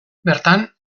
bertan